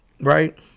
right